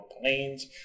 planes